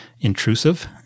intrusive